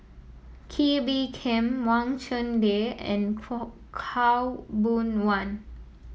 Kee Bee Khim Wang Chunde and Khaw Boon Wan